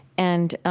and